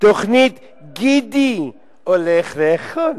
תוכנית "גידי הולך לאכול".